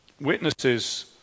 witnesses